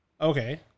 Okay